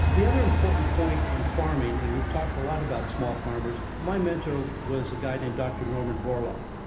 the other important point on farming and we've talked a lot about small farmers. my mentor was a guy named dr. nor man borlaug.